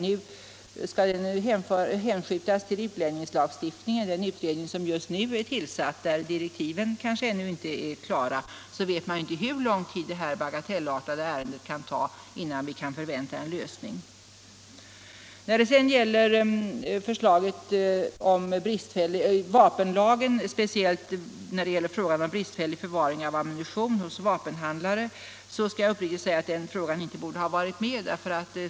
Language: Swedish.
Nu skall den hänskjutas till utlänningslagstiftningen, en utredning som just har tillsatts och för vilken direktiven kanske ännu inte är klara. Då vet man ju inte hur lång tid detta bagatellartade ärende kan ta, innan vi kan förvänta en lösning. När det sedan gäller frågan om bristfällig förvaring av ammunition hos vapenhandlare skall jag uppriktigt säga att den inte borde ha varit med.